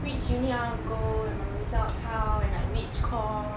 which uni I want to go and my results how and like which course